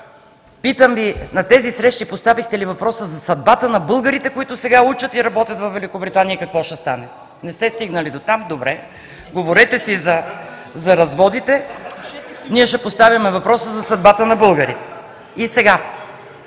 Питам Ви: на тези срещи поставихте ли въпроса за съдбата на българите, които сега учат и работят във Великобритания и какво ще стане? Не сте стигнали до дам – добре. Говорете си за разводите, ние ще поставим въпроса за съдбата на българите. И сега,